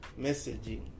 messaging